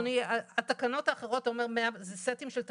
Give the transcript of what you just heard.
אדוני, התקנות האחרות, זה סטים של תקנות.